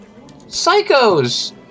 psychos